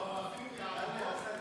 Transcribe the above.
את הצעת